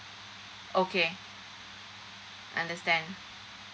okay understand